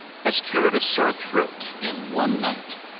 has cured a sore throat in one night.